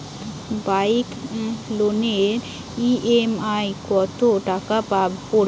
Bike লোনের EMI কত টাকা পড়বে?